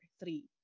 three